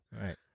Right